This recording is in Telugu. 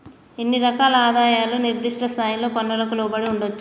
ఇన్ని రకాల ఆదాయాలు నిర్దిష్ట స్థాయి పన్నులకు లోబడి ఉండొచ్చా